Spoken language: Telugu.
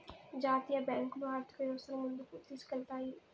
జాతీయ బ్యాంకులు ఆర్థిక వ్యవస్థను ముందుకు తీసుకెళ్తాయి